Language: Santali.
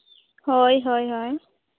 ᱦᱳᱭ ᱦᱳᱭ ᱦᱳᱭ ᱦᱳᱭ